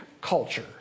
culture